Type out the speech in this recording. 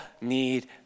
need